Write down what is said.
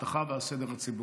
האבטחה והסדר הציבורי.